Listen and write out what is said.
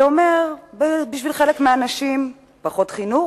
זה אומר בשביל חלק מהאנשים פחות חינוך,